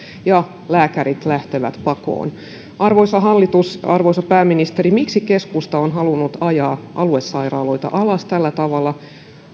ja lääkärit lähtevät pakoon arvoisa hallitus arvoisa pääministeri miksi keskusta on halunnut ajaa aluesairaaloita alas tällä tavalla